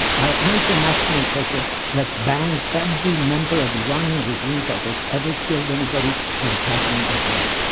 i am for maximum pressure that bans every member of the iranian regime that has ever killed anybody from traveling abroad.